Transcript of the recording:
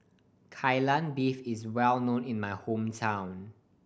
Kai Lan Beef is well known in my hometown